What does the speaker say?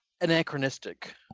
anachronistic